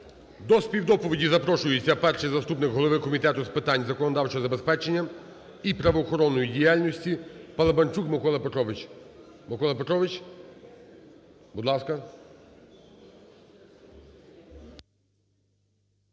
До співдоповіді запрошується перший заступник голови Комітету з питань законодавчого забезпечення і правоохоронної діяльності Паламарчук Микола Петрович. Микола Петрович, будь ласка.